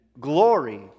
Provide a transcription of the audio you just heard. glory